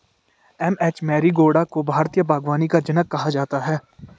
M H Marigowda को भारतीय बागवानी का जनक कहा जाता है